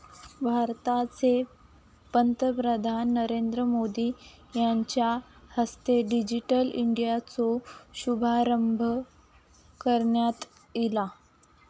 भारताचे पंतप्रधान नरेंद्र मोदी यांच्या हस्ते डिजिटल इंडियाचो शुभारंभ करण्यात ईला